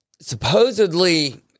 supposedly